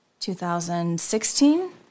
2016